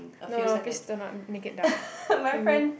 no no please do not make it dark can you